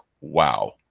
wow